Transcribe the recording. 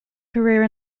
career